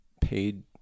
paid –